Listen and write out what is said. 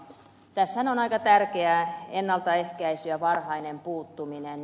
tässähän on aika tärkeää ennaltaehkäisy ja varhainen puuttuminen